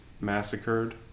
massacred